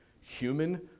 human